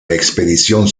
expedición